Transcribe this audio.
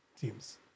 teams